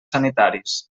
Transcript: sanitaris